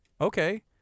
Okay